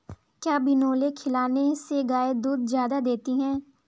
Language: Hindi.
क्या बिनोले खिलाने से गाय दूध ज्यादा देती है?